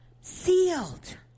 Sealed